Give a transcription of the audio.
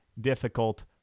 difficult